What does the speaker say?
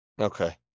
Okay